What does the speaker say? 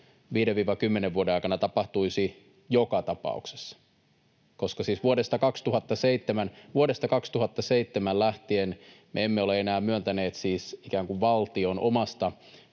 5—10 vuoden aikana tapahtuisi joka tapauksessa, koska siis vuodesta 2007 lähtien me emme ole enää myöntäneet tästä